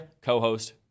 co-host